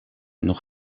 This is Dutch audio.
nog